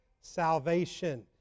salvation